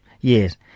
Yes